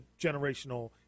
generational